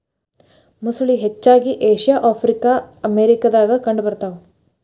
ಮೊಸಳಿ ಹರಚ್ಚಾಗಿ Asia Africa America ದಾಗ ಕಂಡ ಬರತಾವ